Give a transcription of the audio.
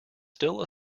still